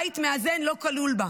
בית מאזן לא כלול בה,